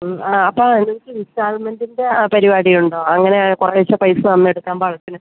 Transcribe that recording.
ആ അപ്പം നിങ്ങൾക്ക് ഇൻസ്റ്റാൾമെൻ്റ്ൻ്റെ പരിപാടി ഉണ്ടോ അങ്ങനെ കുറേശ്ശെ പൈസ തന്ന് എടുക്കാൻ പാകത്തിന്